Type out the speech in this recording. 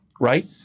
right